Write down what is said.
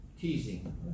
teasing